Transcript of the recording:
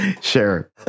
Sure